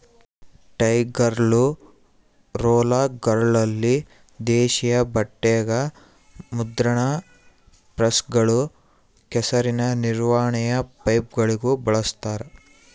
ಟೈರ್ಗಳು ರೋಲರ್ಗಳಲ್ಲಿ ದೇಶೀಯ ಬಟ್ಟೆಗ ಮುದ್ರಣ ಪ್ರೆಸ್ಗಳು ಕೆಸರಿನ ನಿರ್ವಹಣೆಯ ಪೈಪ್ಗಳಿಗೂ ಬಳಸ್ತಾರ